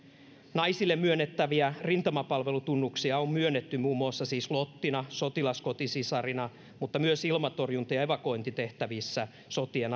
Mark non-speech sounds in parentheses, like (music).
naisille myönnettäviä rintamapalvelutunnuksia on myönnetty muun muassa siis lottina ja sotilaskotisisarina mutta myös ilmatorjunta ja evakuointitehtävissä sotien (unintelligible)